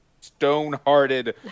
stone-hearted